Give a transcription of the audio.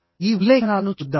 ఈ ఉల్లేఖనాలను చూద్దాం